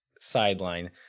sideline